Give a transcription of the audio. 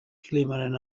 klimaren